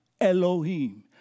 Elohim